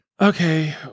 okay